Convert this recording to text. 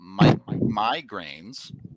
migraines